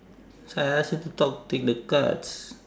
that's why I ask you to talk take the cards